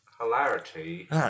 Hilarity